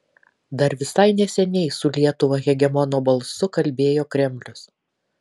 dar visai neseniai su lietuva hegemono balsu kalbėjo kremlius